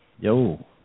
yo